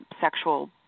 sexual